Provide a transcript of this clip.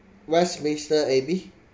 westminster abbey